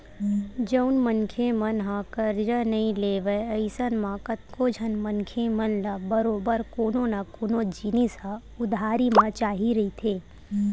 जउन मनखे मन ह करजा नइ लेवय अइसन म कतको झन मनखे मन ल बरोबर कोनो न कोनो जिनिस ह उधारी म चाही रहिथे